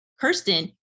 Kirsten